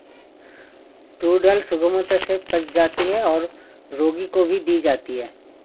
tour दाल सुगमता से पच जाती है और रोगी को भी दी जाती है